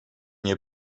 nie